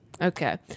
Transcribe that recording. Okay